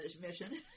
mission